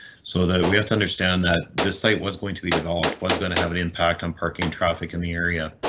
so that we have to understand that this site was going to be developed was going to have an impact on parking traffic in the area.